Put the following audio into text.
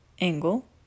angle